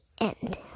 end